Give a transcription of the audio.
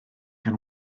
gan